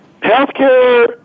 Healthcare